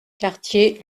quartier